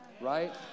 right